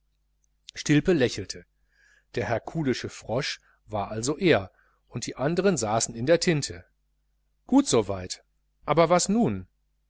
stilpe lächelte der herkulische frosch war also er und die andern saßen in der tinte gut soweit aber was nun